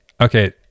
Okay